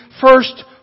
first